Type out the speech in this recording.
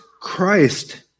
Christ